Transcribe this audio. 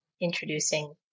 introducing